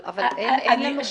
אבל אין לנו ברירה.